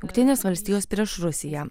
jungtinės valstijos prieš rusiją